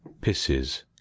pisses